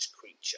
creature